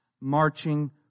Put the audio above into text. Marching